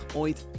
ooit